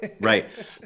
Right